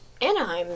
Anaheim